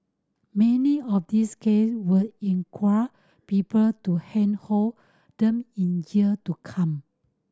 many of these case would inquire people to handhold them in year to come